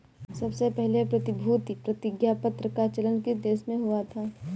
सबसे पहले प्रतिभूति प्रतिज्ञापत्र का चलन किस देश में हुआ था?